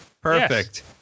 Perfect